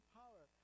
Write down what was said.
power